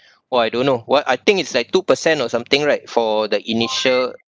!wah! I don't know what I think it's like two percent or something right for the initial